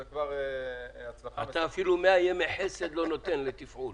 זאת כבר הצלחה -- אתה אפילו 100 ימי חסד לא נותן לתפעול.